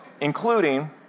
including